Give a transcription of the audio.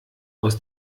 aus